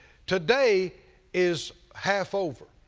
today is half over,